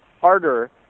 harder